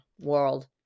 world